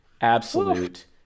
Absolute